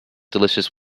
delicious